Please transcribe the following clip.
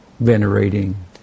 venerating